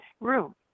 room